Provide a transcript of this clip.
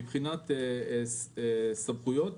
מבחינת סמכויות